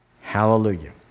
Hallelujah